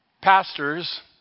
Pastors